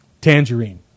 Tangerine